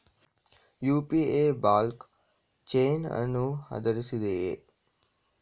UPI block chain ಅನ್ನು ಆಧರಿಸಿದೆಯೇ?